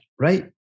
right